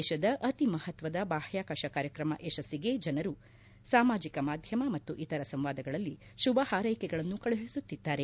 ದೇಶದ ಅತಿ ಮಹತ್ತದ ಬಾಹ್ಯಾಕಾಶ ಕಾರ್ಯಕ್ರಮ ಯಶಸ್ನಿಗೆ ಜನರು ಸಾಮಾಜಿಕ ಮಾಧ್ಯಮ ಮತ್ತು ಇತರ ಸಂವಾದಗಳಲ್ಲಿ ಶುಭ ಹಾರ್ಟೆಕೆಗಳನ್ನು ಕಳುಹಿಸುತ್ತಿದ್ದಾರೆ